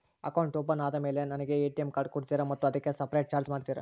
Account open ಆದಮೇಲೆ ನನಗೆ ATM card ಕೊಡ್ತೇರಾ ಮತ್ತು ಅದಕ್ಕೆ ಸಪರೇಟ್ ಚಾರ್ಜ್ ಮಾಡ್ತೇರಾ?